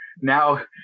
now